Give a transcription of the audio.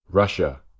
Russia